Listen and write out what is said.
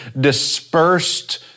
dispersed